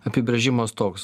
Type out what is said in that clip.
apibrėžimas toks